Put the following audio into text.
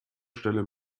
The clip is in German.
stelle